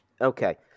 Okay